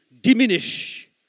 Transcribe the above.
diminish